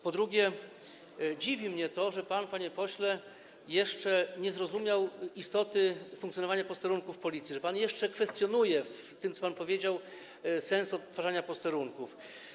Po drugie, dziwi mnie to, że pan, panie pośle, jeszcze nie zrozumiał istoty funkcjonowania posterunków Policji, że pan jeszcze kwestionuje w tym, co pan powiedział, sens odtwarzania posterunków.